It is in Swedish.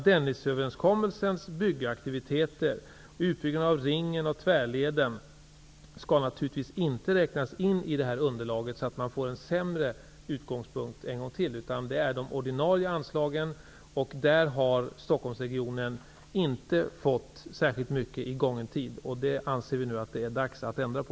Dennisöverenskommelsens byggaktiviteter -- utbyggnaden av ringen och tvärleden -- skall naturligtvis inte räknas in i detta underlag så att utgångspunkten blir sämre, utan det är fråga om de ordinarie anslagen. Stockholmsregionen har i gången tid inte fått särskilt mycket. Men detta anser vi att det nu är dags att ändra på.